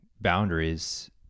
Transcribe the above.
boundaries